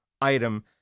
item